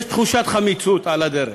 יש תחושת חמיצות על הדרך.